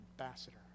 ambassador